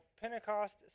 Pentecost